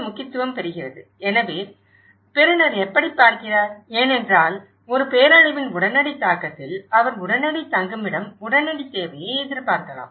முக்கியத்துவம் எனவே பெறுநர் எப்படிப் பார்க்கிறார் ஏனென்றால் ஒரு பேரழிவின் உடனடி தாக்கத்தில் அவர் உடனடி தங்குமிடம் உடனடித் தேவையை எதிர்பார்க்கலாம்